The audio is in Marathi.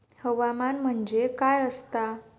हवामान म्हणजे काय असता?